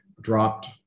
dropped